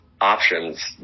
options